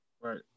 Right